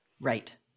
Right